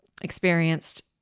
experienced